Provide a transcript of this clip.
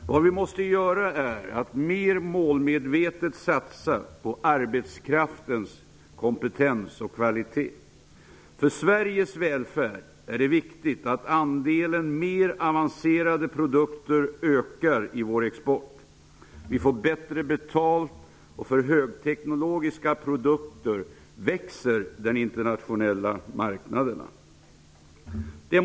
Vad vi måste göra är att mer målmedvetet satsa på arbetskraftens kompetens och kvalitet. För Sveriges välfärd är det viktigt att andelen mer avancerade produkter ökar i vår export. Vi får bättre betalt. För högteknologiska produkter växer de internationella marknaderna.